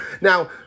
Now